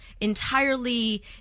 entirely